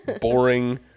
boring